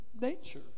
nature